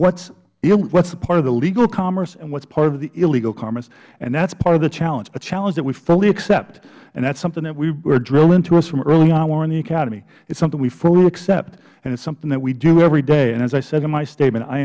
of what's part of the legal commerce and what's part of the illegal commerce and that's part of the challenge a challenge that we fully accept and that's something that we were drilled into us from early on while in the academy it's something we fully accept and it's something that we do every day and as i said in my statement i